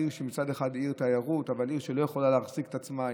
עיר שמצד אחד היא עיר תיירות אבל היא עיר שלא יכולה להחזיק את עצמה.